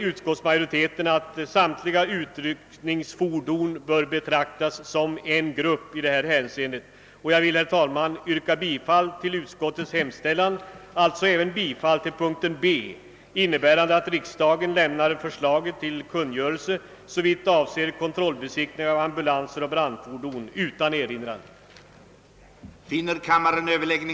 Utskottsmajoriteten anser att samtliga utryckningsfordon bör betraktas som en grupp i detta hänseende, och jag vill, herr talman, yrka bifall till utskottets förslag, alltså även bifall till mom. B, innebärande att riksdagen lämnar förslagen till kungörelse, såvitt avser kontrollbesiktning av ambulanser och brandfordon, utan erinran.